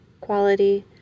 quality